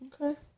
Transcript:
Okay